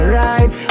right